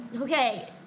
Okay